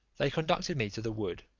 they conducted me to the wood,